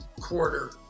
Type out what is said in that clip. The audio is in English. quarter